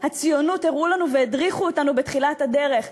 הציונות הראו לנו והדריכו אותנו בתחילת הדרך,